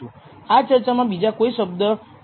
આ ચર્ચામાં બીજા કોઈ શબ્દ નહિ ઉપયોગ કરીએ